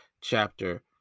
chapter